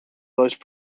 those